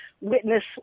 witness